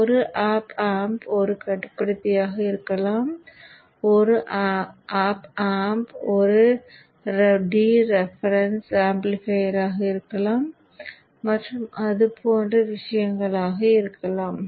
ஒரு OpAmp ஒரு கட்டுப்படுத்தியாக இருக்கலாம் ஒரு OpAmp ஒரு deference amplifier ஆக இருக்கலாம் மற்றும் அது போன்ற விஷயங்கள் ஆக இருக்கலாம்